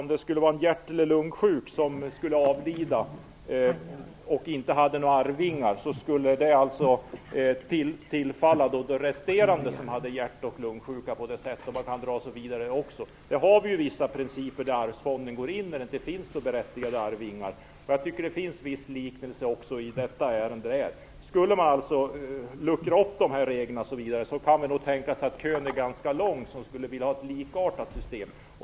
Om det är fråga om en hjärt eller lungsjuk som skulle avlida utan att lämna några arvingar efter sig, skulle arvet då i stället tillfalla övriga hjärt och lungsjuka? Vi har ju vissa principer för Allmänna arvsfonden och dess funktion när det inte finns några arvsberättigade efterlevande. Man kan dra en parallell till det ärende som vi nu diskuterar. Om vi luckrade upp reglerna, kan man tänka sig att det blev en ganska lång kö av organisationer som skulle vilja ha ett likartat system.